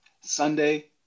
Sunday